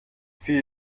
für